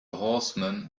horseman